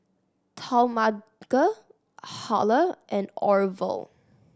Talmadge Halle and Orvel